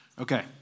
Okay